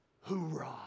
Hoorah